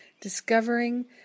discovering